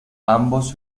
ambos